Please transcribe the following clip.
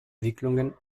wicklungen